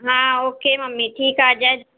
हा okay mummy ठीकु आहे जय झूलेलाल